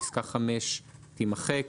פסקה (5) תימחק.".